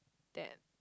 that